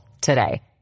today